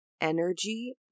energy